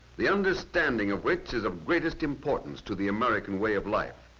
the understanding of which is the greatest important to the american way of life.